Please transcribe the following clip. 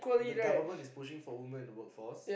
the government is pushing for women in workforce